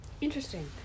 Interesting